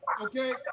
Okay